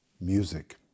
music